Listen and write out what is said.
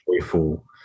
joyful